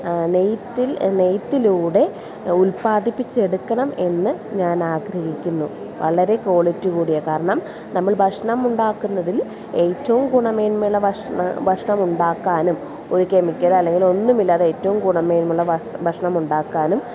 നെയ്ത്തിൽ നെയ്ത്തിലൂടെ ഉൽപാദിപ്പിച്ചെടുക്കണം എന്ന് ഞാൻ ആഗ്രഹിക്കുന്നു വളരെ ക്വാളിറ്റി കൂടിയ കാരണം നമ്മൾ ഭക്ഷണം ഉണ്ടാക്കുന്നതിൽ ഏറ്റവും ഗുണമേന്മയുള്ള ഭക്ഷണം ഭക്ഷണമുണ്ടാക്കാനും ഒരു കെമിക്കലോ അല്ലെങ്കിൽ ഒന്നുമില്ലാതെ ഏറ്റവും ഗുണമേന്മയുള്ള ഭക്ഷണമുണ്ടാക്കാനും